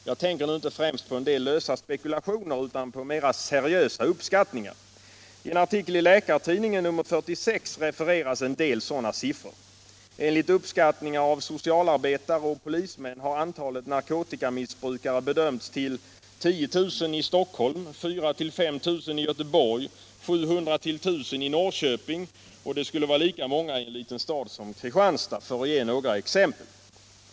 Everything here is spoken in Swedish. Jag tänker nu inte främst på en del lösa spekulationer, utan på mera seriösa uppskattningar. I en artikel i Läkartidningen nr 46 refereras en del sådana siffror. Enligt uppskattningar av socialarbetare och polismän har antalet narkotikamissbrukare bedömts till 10000 i Stockholm, 4 000-5 000 i Göteborg, 700-1 000 i Norrköping och lika många i en liten stad som Kristianstad, för att ge några exempel.